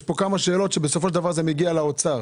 יש פה כמה שאלות שבסופו של דבר זה מגיע לאוצר,